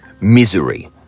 Misery